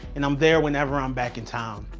and i'm there whenever i'm back in town.